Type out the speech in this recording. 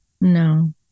No